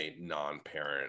non-parent